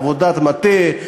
עם עבודת מטה,